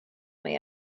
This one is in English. may